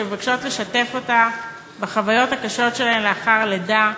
שמבקשות לשתף אותה בחוויות הקשות שלהן לאחר הלידה,